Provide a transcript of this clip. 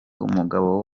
umugabo